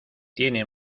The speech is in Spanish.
tiene